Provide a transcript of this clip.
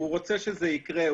רוצה שזה יקרה.